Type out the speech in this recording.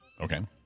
Okay